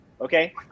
okay